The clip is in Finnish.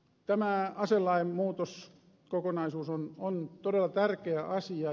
tämä aselain muutoskokonaisuus on todella tärkeä asia